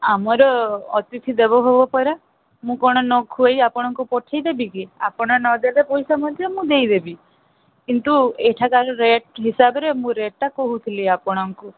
ଆମର ଅତିଥି ଦେବୋ ଭବୋଃ ପରା ମୁଁ କ'ଣ ନ ଖୁଏଇ ଆପଣଙ୍କୁ ପଠେଇଦେବି କି ଆପଣ ନଦେଲେ ପଇସା ମଧ୍ୟ ମୁଁ ଦେଇଦେବି କିନ୍ତୁ ଏଠାକାର ରେଟ୍ ହିସାବରେ ମୁଁ ରେଟ୍ଟା କହୁଥୁଲି ଆପଣଙ୍କୁ